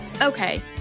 Okay